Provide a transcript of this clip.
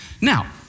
Now